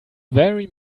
very